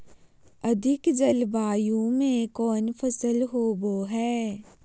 अधिक जलवायु में कौन फसल होबो है?